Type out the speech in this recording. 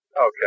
Okay